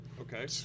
Okay